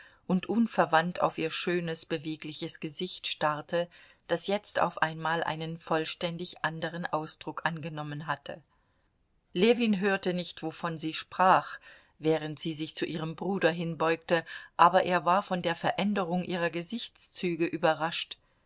und unverwandt auf ihr schönes bewegliches gesicht starrte das jetzt auf einmal einen vollständig anderen ausdruck angenommen hatte ljewin hörte nicht wovon sie sprach während sie sich zu ihrem bruder hinbeugte aber er war von der veränderung ihrer gesichtszüge überrascht